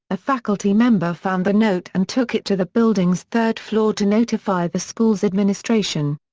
a faculty member found the note and took it to the building's third floor to notify the school's administration.